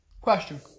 Question